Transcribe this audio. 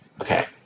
Okay